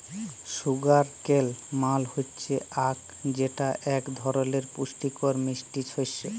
sugar কেল মাল হচ্যে আখ যেটা এক ধরলের পুষ্টিকর মিষ্টি শস্য